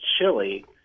chili